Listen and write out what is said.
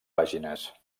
pàgines